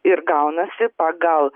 ir gaunasi pagal